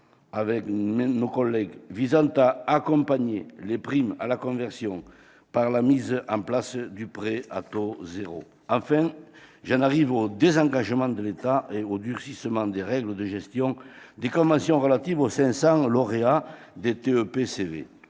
amendement visant à accompagner les primes à la conversion de la mise en place de prêts à taux zéro. Enfin, j'en arrive au désengagement de l'État et au durcissement des règles de gestion des conventions relatives aux 500 lauréats des TEPCV.